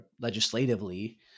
legislatively